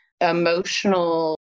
emotional